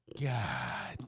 God